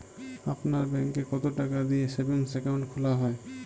আপনার ব্যাংকে কতো টাকা দিয়ে সেভিংস অ্যাকাউন্ট খোলা হয়?